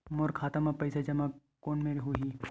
मोर खाता मा पईसा जमा कोन मेर होही?